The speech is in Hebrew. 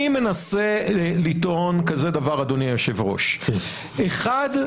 אני מנסה לטעון כזה דבר, אדוני היושב-ראש, אחד,